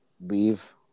leave